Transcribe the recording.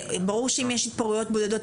ברור שאם יש התפרעויות בודדות,